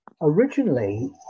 originally